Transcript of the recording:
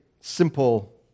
simple